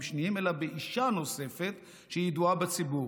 שניים אלא באישה נוספת שהיא ידועה בציבור,